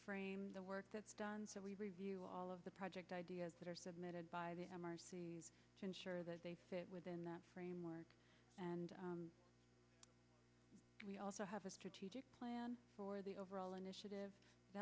frame the work done so we review all of the project ideas that are submitted by the m r c to ensure that they fit within that framework and we also have a strategic plan for the overall initiative